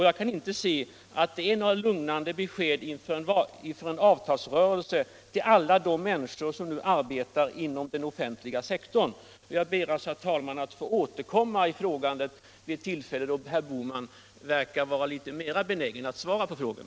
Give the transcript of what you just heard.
Jag kan inte se detta som några lugnande besked inför en avtalsrörelse till alla de människor som arbetar inom den offentliga sektorn. Jag ber alltså, herr talman, att få återkomma i ärendet vid ett senare tillfälle då herr Bohman verkar vara litet mera benägen att svara på frågor.